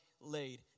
laid